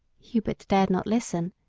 hubert dared not listen.